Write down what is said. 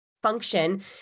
function